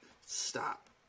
Stop